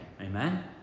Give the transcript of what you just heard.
Amen